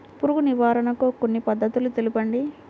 పురుగు నివారణకు కొన్ని పద్ధతులు తెలుపండి?